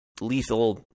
lethal